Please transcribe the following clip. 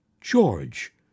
George